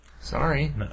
Sorry